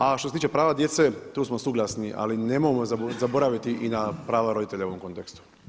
Ali što se tiče prva djece tu smo suglasni ali nemojmo zaboraviti i na prav roditelja u ovom kontekstu.